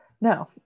no